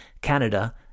Canada